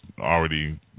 already